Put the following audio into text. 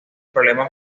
problemas